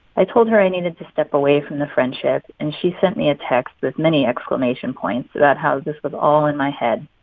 i told her i needed to step away from the friendship, and she sent me a text with many exclamation points about how this was all in my head.